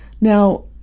now